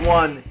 one